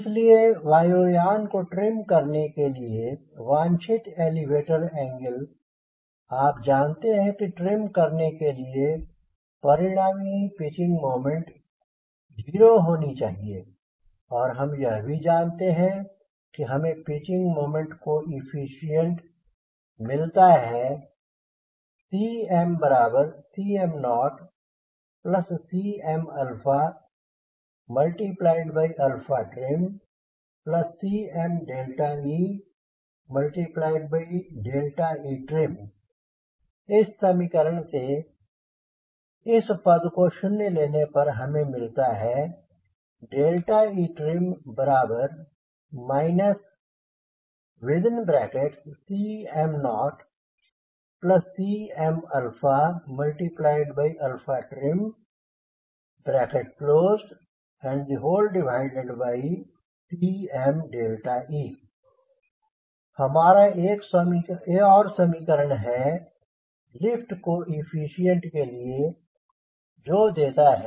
इसलिए वायु यान को ट्रिम करने के लिए वांछित एलीवेटर एंगल आप जानते हैं कि ट्रिम करने के लिए परिणामी पिचिंग मोमेंट 0 होनी चाहिए और हम यह भी जानते हैं कि हमें पिचिंग मोमेंट कोएफ़िशिएंट मिलता है CmCm0Cm trim Cme etrim इस समीकरण से इस पद को शून्य लेने पर हमें मिलता है etrim Cm0 CmtrimCme हमारा एक और समीकरण है लिफ्ट कोएफ़िशिएंट के लिए जो देता है